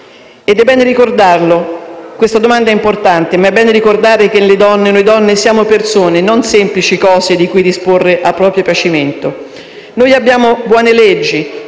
ha generato figli. Questa domanda è importante, ma è bene ricordare che noi donne siamo persone, non semplici cose di cui disporre a proprio piacimento. Abbiamo buone leggi: